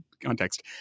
context